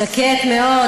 שקט מאוד,